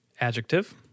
Adjective